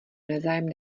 nezájem